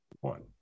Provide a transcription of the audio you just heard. one